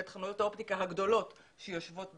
ואת חנויות האופטיקה הגדולות שיושבות בפנים.